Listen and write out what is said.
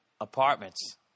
apartments